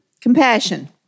compassion